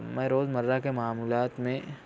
میں روزمرہ کے معمولات میں